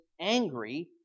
angry